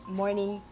morning